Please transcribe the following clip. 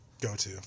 Go-to